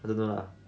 I don't know lah